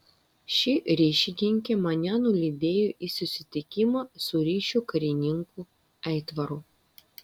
ši ryšininkė mane nulydėjo į susitikimą su ryšio karininku aitvaru